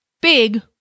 big